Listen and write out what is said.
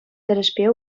тӗлӗшпе